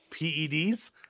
peds